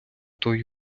той